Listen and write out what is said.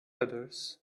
others